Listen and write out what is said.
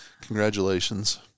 Congratulations